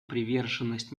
приверженность